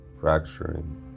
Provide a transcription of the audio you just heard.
fracturing